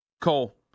Cole